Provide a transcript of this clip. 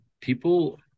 people